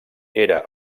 era